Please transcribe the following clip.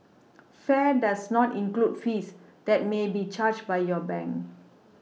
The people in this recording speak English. fare does not include fees that may be charged by your bank